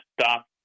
stop